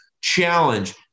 challenge